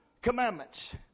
commandments